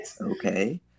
Okay